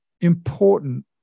important